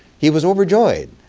he was overjoyed.